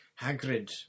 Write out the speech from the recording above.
Hagrid